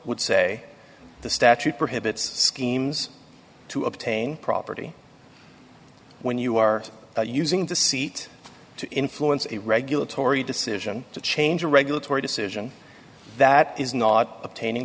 would say the statute prohibits schemes to obtain property when you are using the seat to influence a regulatory decision to change a regulatory decision that is not obtaining